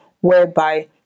whereby